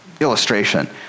illustration